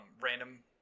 random